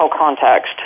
context